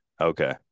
Okay